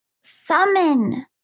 summon